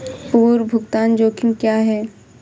पूर्व भुगतान जोखिम क्या हैं?